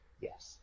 Yes